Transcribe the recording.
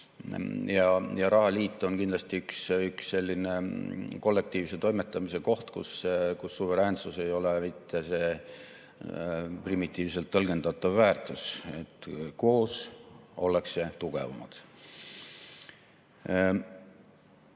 Ja rahaliit on kindlasti üks selline kollektiivse toimetamise koht, kus suveräänsus ei ole mitte see primitiivselt tõlgendatav väärtus. Koos ollakse tugevamad.